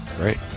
Right